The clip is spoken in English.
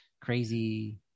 crazy